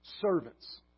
Servants